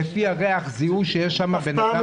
לפי הריח זיהו שיש שם אדם שנפטר.